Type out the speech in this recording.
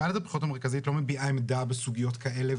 ועדת הבחירות המרכזית לא מביעה עמדה בסוגיות כאלה.